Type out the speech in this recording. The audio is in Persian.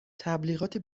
تبلیغات